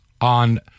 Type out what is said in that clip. on